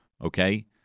okay